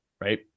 Right